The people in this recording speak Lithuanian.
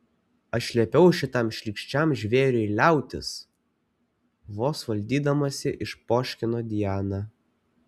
aš liepiau šitam šlykščiam žvėriui liautis vos valdydamasi išpoškino diana